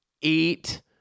eat